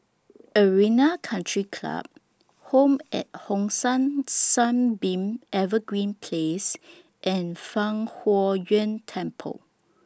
Arena Country Club Home At Hong San Sunbeam Evergreen Place and Fang Huo Yuan Temple